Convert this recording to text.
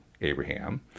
Abraham